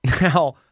Now